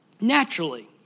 naturally